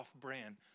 brand